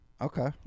Okay